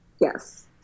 Yes